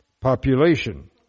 Population